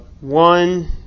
one